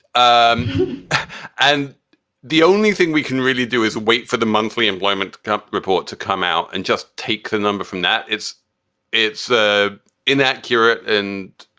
um and the only thing we can really do is wait for the monthly employment report to come out and just take the number from that. it's it's ah inaccurate and.